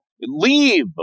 Leave